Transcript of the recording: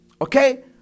okay